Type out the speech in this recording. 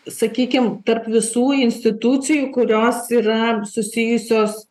sakykim tarp visų institucijų kurios yra susijusios